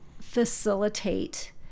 facilitate